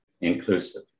inclusive